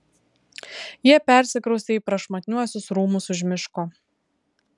jie persikraustė į prašmatniuosius rūmus už miško